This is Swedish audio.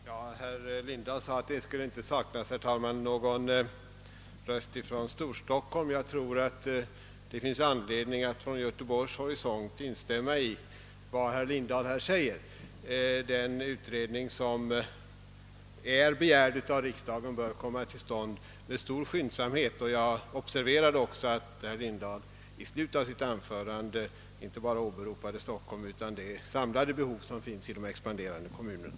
Herr talman! Herr Lindahl sade att det i detta sammanhang inte borde saknas någon röst från Storstockholm, och jag tror att det också finns anledning att från Göteborgs horisont instämma i vad herr Lindahl sade. Den utredning som begärts av riksdagen bör skyndsammast komma till stånd. Jag observerade också att herr Lindahl i slutet av sitt anförande inte bara åberopade Stockholm utan även det samlade behov som finns i de expanderande kommunerna.